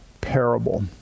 parable